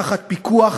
תחת פיקוח,